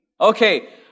Okay